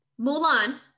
Mulan